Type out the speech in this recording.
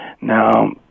Now